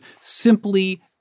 simply